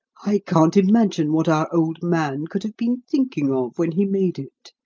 i can't imagine what our old man could have been thinking of when he made it.